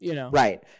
Right